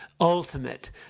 ultimate